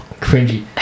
cringy